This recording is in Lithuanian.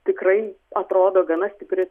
tikrai atrodo gana stipri